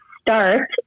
start